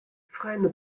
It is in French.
freine